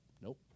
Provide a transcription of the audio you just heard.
nope